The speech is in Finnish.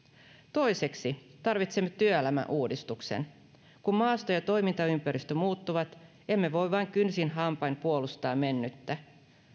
toiseksi tarvitsemme työelämän uudistuksen kun maasto ja toimintaympäristö muuttuvat emme voi vain kynsin hampain puolustaa mennyttä